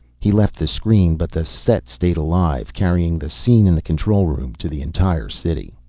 he left the screen, but the set stayed alive. carrying the scene in the control room to the entire city.